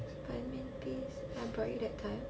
板面 place I brought you that time